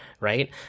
right